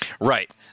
Right